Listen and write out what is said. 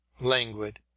languid